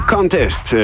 Contest